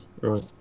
right